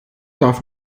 darf